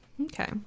Okay